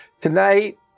Tonight